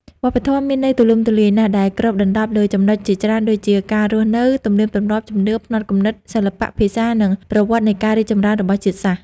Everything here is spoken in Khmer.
វប្បធម៌មានន័យទូលំទូលាយណាស់ ដែលគ្របដណ្ដប់លើចំណុចជាច្រើនដូចជា ការរស់នៅ ទំនៀមទម្លាប់ ជំនឿ ផ្នត់គំនិត សិល្បៈ ភាសា និងប្រវត្តិនៃការរីកចម្រើនរបស់ជាតិសាសន៍។